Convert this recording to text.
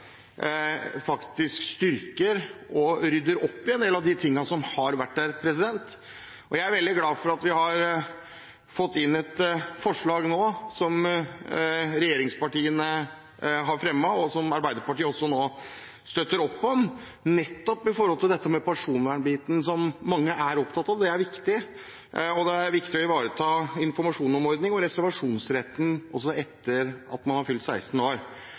har vært. Jeg er veldig glad for at regjeringspartiene nå har fremmet et forslag – som Arbeiderpartiet også støtter opp om – som gjelder nettopp personvern, som mange er opptatt av. Det er viktig, og det er viktig å ivareta informasjon om ordningen og reservasjonsretten også etter at man har fylt 16 år